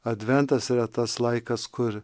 adventas yra tas laikas kur